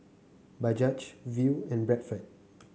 Bajaj Viu and Bradford